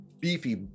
beefy